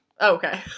Okay